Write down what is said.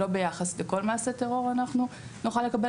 שלא ביחס לכל מעשה טרור אנחנו נוכל לקבל